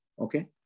Okay